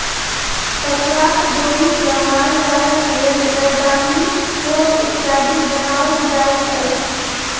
पटुआक डोरी सॅ मालजालक लेल गरदामी, छोड़ इत्यादि बनाओल जाइत अछि